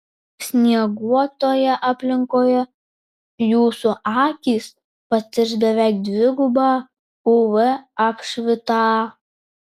snieguotoje aplinkoje jūsų akys patirs beveik dvigubą uv apšvitą